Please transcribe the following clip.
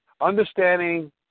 understanding